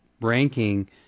ranking